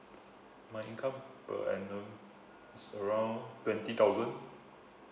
my income per annum is around twenty thousand